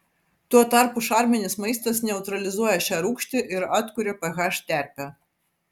tuo tarpu šarminis maistas neutralizuoja šią rūgštį ir atkuria ph terpę